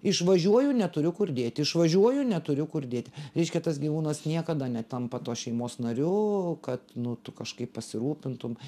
išvažiuoju neturiu kur dėti išvažiuoju neturiu kur dėti reiškia tas gyvūnas niekada netampa tos šeimos nariu kad nu tu kažkaip pasirūpintum